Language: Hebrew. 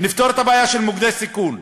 נפתור את הבעיה של מוקדי סיכון,